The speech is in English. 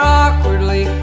awkwardly